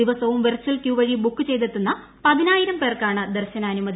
ദിവസവും വെർച്ചൽ ക്ട്യൂട് വഴി ബുക്ക് ചെയ്തെത്തുന്ന പതിനായിരം പേർക്കാണ് ദർശ്ന് ആനുമതി